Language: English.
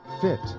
fit